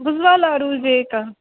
भूसुबा लड्डू जे कहै